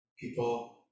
people